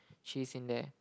cheese in there